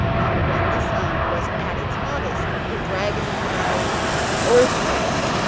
and when the sun was at its hottest, the dragon cried o prince,